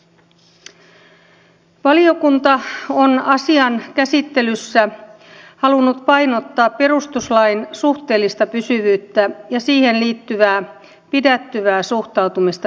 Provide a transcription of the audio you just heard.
valiokunta on asian käsittelyssä halunnut painottaa perustuslain suhteellista pysyvyyttä ja siihen liittyvää pidättyvää suhtautumista perustuslain muutoksiin